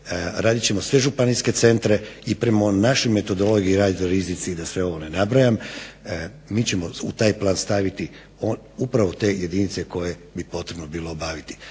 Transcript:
radit ćemo sve županijske centre i prema našoj metodologiji radi … i da sve ono ne nabrajam mi ćemo u taj plan staviti upravo te jedinice koje bi bilo potrebno obaviti.